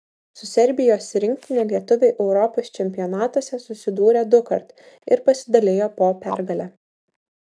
su serbijos rinktine lietuviai europos čempionatuose susidūrė dukart ir pasidalijo po pergalę